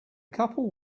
couple